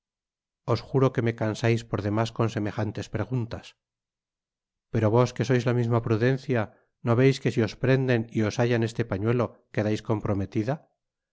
os juro que me cansais por demás con semejantes preguntas pero vos que sois la misma prudencia no veis que si os prenden y os hallan este pañuelo quedais comprometida